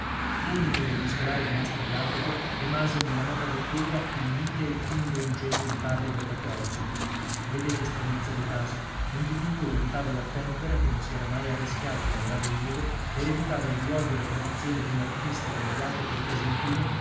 unico degli scolari di mastro jacopo rimase nella nota bottega il mite e timido ingegno di parri della quercia vedete stranezza di casi un dipintore di tavole a tempera che non si era mai arrischiato a lavorare in muro ereditava il luogo e la tradizione d'un artista come jacopo di casentino